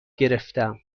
گرفتم